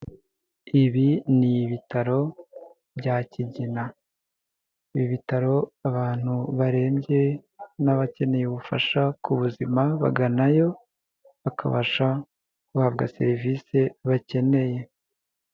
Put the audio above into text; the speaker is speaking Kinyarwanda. Ibi ni ibitaro bya Kigina. Ibitaro abantu barembye n'abakeneye ubufasha ku buzima baganayo bakabasha guhabwa serivise bakeneye.